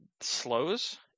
slows